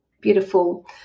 beautiful